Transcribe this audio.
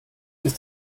ist